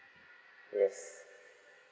yes